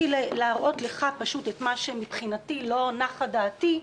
להראות לך את מה שמבחינתי לא נחה דעתי,